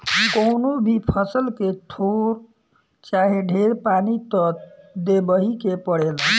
कवनो भी फसल के थोर चाहे ढेर पानी त देबही के पड़ेला